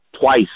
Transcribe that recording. twice